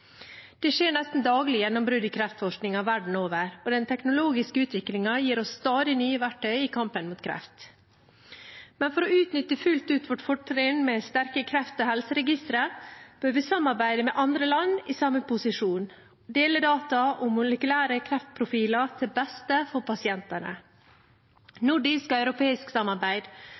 Det skjer nesten daglig gjennombrudd i kreftforskningen verden over, og den teknologiske utviklingen gir oss stadig nye verktøy i kampen mot kreft. Men for å utnytte fullt ut vårt fortrinn med sterke kreft- og helseregistre bør vi samarbeide med andre land i samme posisjon og dele data om molekylære kreftprofiler til beste for pasientene. Nordisk og europeisk samarbeid